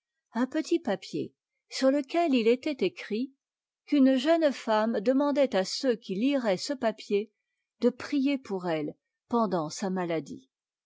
un petit papier sur lequel il était écrit qu'une jeune femme demandait qu'onpriât pour elle pekdant sa maladie